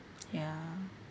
ya